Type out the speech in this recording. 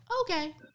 okay